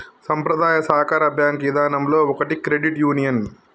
సంప్రదాయ సాకార బేంకు ఇదానంలో ఒకటి క్రెడిట్ యూనియన్